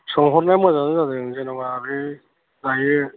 सोंहरनाया मोजाङानो जादों जेनेबा बै दायो